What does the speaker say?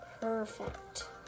Perfect